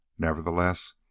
Nevertheless